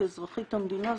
כאזרחית המדינה,